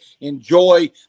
enjoy